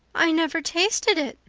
i never tasted it,